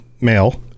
male